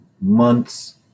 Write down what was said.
months